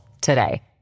today